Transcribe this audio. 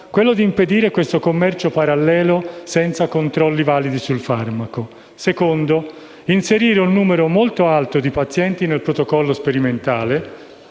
luogo, impedire il commercio parallelo senza controlli validi sul farmaco; in secondo luogo, inserire un numero molto alto di pazienti nel protocollo sperimentale;